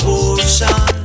ocean